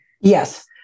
Yes